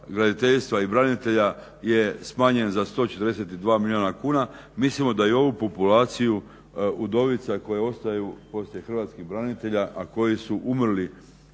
graditeljstva i branitelja je smanjen za 142 milijuna kuna mislimo da i ovu populaciju udovica koje ostaju poslije hrvatskih branitelja a koji su umrli